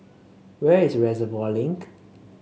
where is Reservoir Link